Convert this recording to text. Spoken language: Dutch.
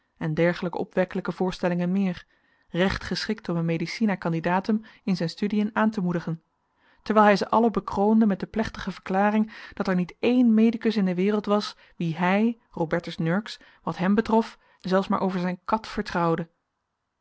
en dergelijke opwekkelijke voorstellingen meer recht geschikt om een medicina candidatum in zijn studiën aan te moedigen terwijl hij ze allen bekroonde met de plechtige verklaring dat er niet één medicus in de wereld was wien hij robertus nurks wat hèm betrof zelfs maar over zijn kat vertrouwde